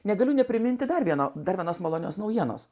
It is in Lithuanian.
negaliu nepriminti dar vieno dar vienos malonios naujienos